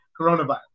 coronavirus